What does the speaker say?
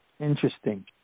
Interesting